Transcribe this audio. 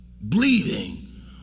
bleeding